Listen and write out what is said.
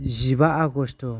जिबा आगस्त